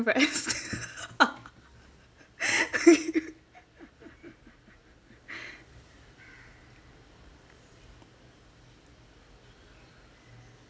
invest